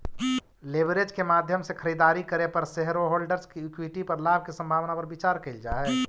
leverage के माध्यम से खरीदारी करे पर शेरहोल्डर्स के इक्विटी पर लाभ के संभावना पर विचार कईल जा हई